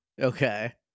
Okay